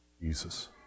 Jesus